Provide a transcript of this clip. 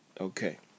Okay